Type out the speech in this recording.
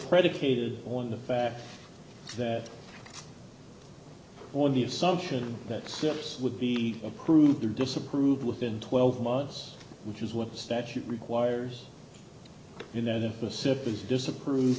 predicated on the fact that on the assumption that steps would be approved or disapproved within twelve months which is what the statute requires